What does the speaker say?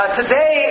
today